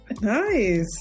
Nice